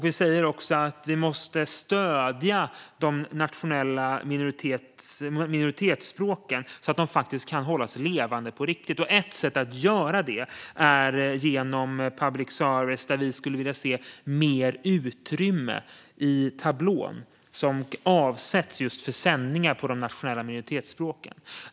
Vi säger också att vi måste stödja de nationella minoritetsspråken så att de kan hållas levande på riktigt. Ett sätt att göra det är genom public service, där vi skulle vilja se att mer utrymme i tablån avsattes för sändningar på de nationella minoritetsspråken.